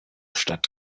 stadt